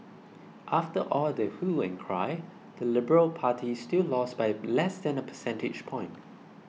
after all the hue and cry the liberal party still lost by less than a percentage point